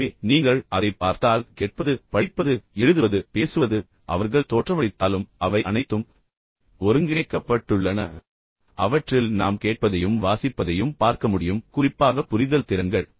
எனவே நீங்கள் அதைப் பார்த்தால் கேட்பது படிப்பது எழுதுவது பேசுவது அவர்கள் தோற்றமளித்தாலும் வெவ்வேறு திறன்கள் அவை அனைத்தும் ஒருங்கிணைக்கப்பட்டுள்ளன அவற்றில் நாம் கேட்பதையும் வாசிப்பதையும் பார்க்க முடியும் குறிப்பாக புரிதல் திறன்கள்